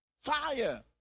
Fire